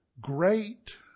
great